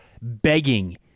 begging